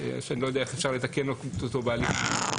אני לא יודע איך אפשר לתקן אותו בהליך הזה.